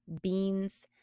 beans